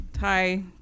Hi